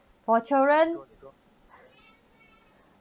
for children